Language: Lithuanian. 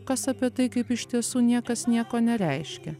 kas apie tai kaip iš tiesų niekas nieko nereiškia